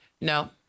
No